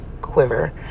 quiver